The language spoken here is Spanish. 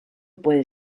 puede